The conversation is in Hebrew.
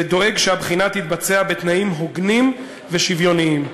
ודואג שהבחינה תתבצע בתנאים הוגנים ושוויוניים.